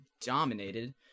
dominated